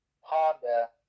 honda